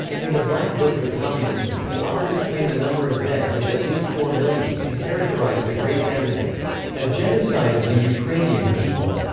in the black book of communism, the authors claim the number of dead was at least four million, and characterize the great famine as a genocide of the ukrainian people.